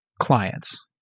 clients